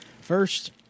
First